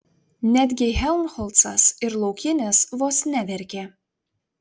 netgi helmholcas ir laukinis vos neverkė